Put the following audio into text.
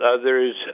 others